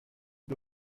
que